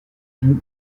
peut